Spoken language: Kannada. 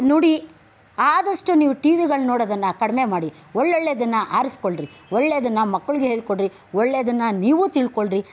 ನುಡಿ ಆದಷ್ಟು ನೀವು ಟಿ ವಿಗಳು ನೋಡೋದನ್ನು ಕಡಿಮೆ ಮಾಡಿ ಒಳ್ಳೊಳ್ಳೇದನ್ನು ಆರಿಸಿಕೊಳ್ರಿ ಒಳ್ಳೇದನ್ನು ಮಕ್ಕಳಿಗೆ ಹೇಳಿಕೊಡ್ರಿ ಒಳ್ಳೆಯದನ್ನ ನೀವು ತಿಳ್ಕೊಳ್ರಿ